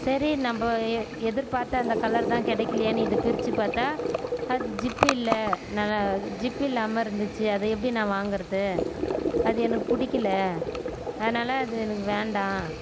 சரி நம்ப ஏ எதிர்பார்த்த அந்த கலர் தான் கிடைக்கலையேனு இதை பிரிச்சு பார்த்தா அது ஜிப்பு இல்லை நல்லா ஜிப்பு இல்லாமல் இருந்துச்சு அதை எப்படி நான் வாங்குவது அது எனக்கு பிடிக்கல அதனாலே அது எனக்கு வேண்டாம்